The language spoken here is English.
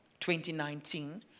2019